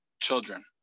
children